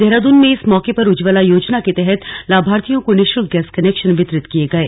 देहरादून में इस मौके पर उज्ज्वला योजना के तहत लाभार्थियों को निशुल्क गैस कनेक्शन वितरित किये गये